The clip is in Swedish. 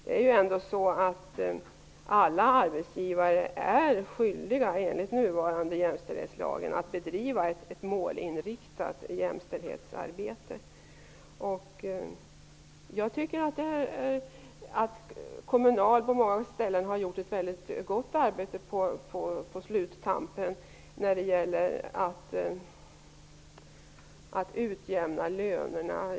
Enligt nuvarande jämställdhetslag är alla arbetsgivare skyldiga att bedriva ett målinriktat jämställdhetsarbete. Jag tycker att Kommunal på många ställen har gjort ett väldigt gott arbete på sluttampen när det gäller att utjämna lönerna.